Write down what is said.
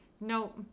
no